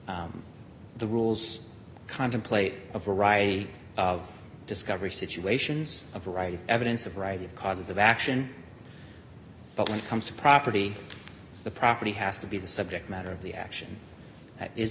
negotiate the rules contemplate a variety of discovery situations a variety evidence of right of causes of action but when it comes to property the property has to be the subject matter of the action